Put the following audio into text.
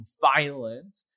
violent